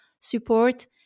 support